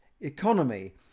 economy